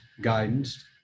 guidance